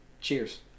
Cheers